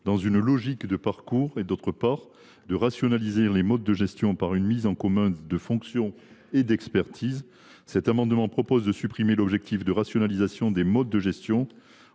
dans une logique de parcours, d’autre part, de rationaliser les modes de gestion par une mise en commun de fonctions et d’expertises. Cet amendement vise à supprimer l’objectif de rationalisation des modes de gestion.